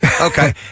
Okay